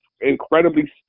incredibly